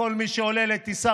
כל מי שעולה לטיסה,